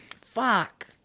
Fuck